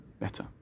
better